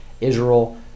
Israel